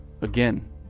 again